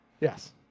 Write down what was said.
Yes